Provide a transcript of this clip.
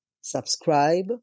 subscribe